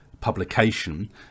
publication